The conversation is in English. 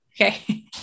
Okay